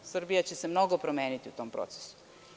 Srbija će se mnogo promeniti u tom procesu.